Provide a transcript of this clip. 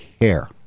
care